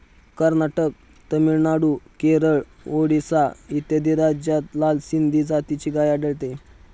कर्नाटक, तामिळनाडू, केरळ, ओरिसा इत्यादी राज्यांत लाल सिंधी जातीची गाय आढळते